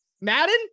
Madden